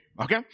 Okay